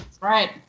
right